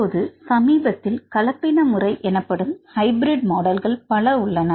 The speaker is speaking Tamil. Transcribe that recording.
இப்போது சமீபத்தில் கலப்பின முறை எனப்படும் ஹைபிரிட் மாடல்கள் பல உள்ளன